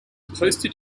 posted